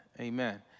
Amen